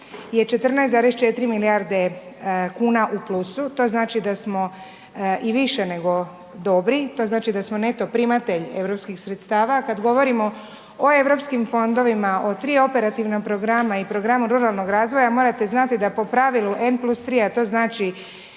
je 14,4 milijarde kuna u plusu. To znači da smo i više nego dobri, to znači da smo neto primatelj europskim sredstava. Kada govorimo o europskim fondovima, o 3 operativna programa i programa ruralnog razvoja, morate znati, da po pravilu N+3 a to znači